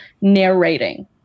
narrating